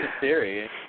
theory